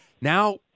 Now